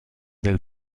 del